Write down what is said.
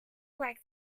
like